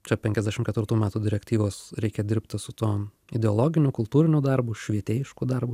čia penkiasdešimt ketvirtų metų direktyvos reikia dirbti su tuo ideologiniu kultūriniu darbu švietėjišku darbu